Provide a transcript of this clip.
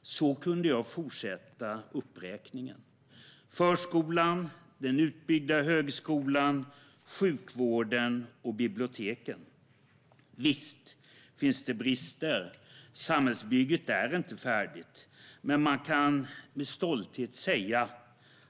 Jag skulle kunna fortsätta uppräkningen med förskolan, den utbyggda högskolan, sjukvården och biblioteken. Visst finns det brister. Samhällsbygget är inte färdigt. Men vi kan med stolthet säga